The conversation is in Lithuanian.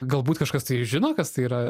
galbūt kažkas tai žino kas tai yra